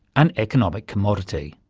an economic commodity.